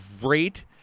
great –